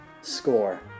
score